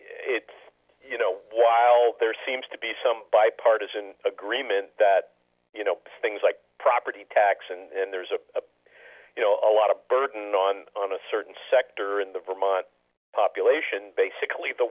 it's you know while there seems to be some bipartisan agreement that you know things like property tax and there's a you know a lot of burden on on a certain sector in the vermont population basically the